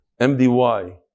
MDY